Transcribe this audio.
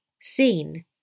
Seen